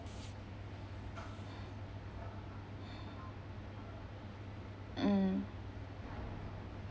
mm